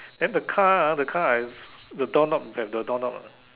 then the car ah the car the door knob have the door knob or not